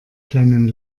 kleinen